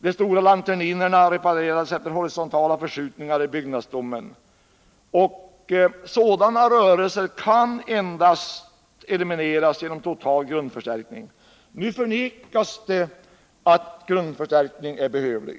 De stora lanterninerna reparerades efter horisontala förskjutningar i byggnadsstommen. Sådana rörelser i byggnadsstommen kan elimineras endast genom total grundförstärkning. Nu förnekar man att en grundförstärkning är behövlig.